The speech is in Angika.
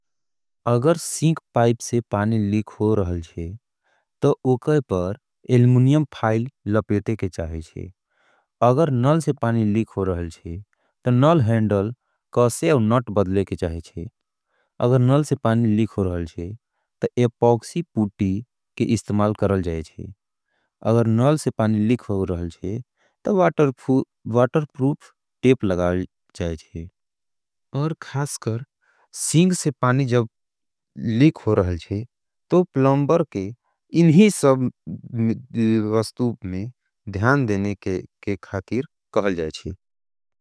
अगर सिंक पाइप से पानी लिक हो रहल जे, तो ओकै पर एल्मुनियम फाईल लपेटे के चाहे जे। अगर नल से पाणी लिक हो रहल जे, तो नल हेंडल कोसे अवनाट बदले के चाहे जे। अगर नल से पाणी लिक हो रहल जे, तो एपोक्सी पूटी के इस्तमाल कर रहल जे। अगर नल से पाणी लिक हो रहल जे, तो वाटरपूर्फ टेप लगार जे। और खासकर सिंग से पाणी जब लिक हो रहल जे, तो प्लॉंबर के इन ही सब वस्तूप में ध्यान देने के खातिर कहल जैचे।